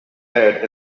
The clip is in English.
aired